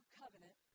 covenant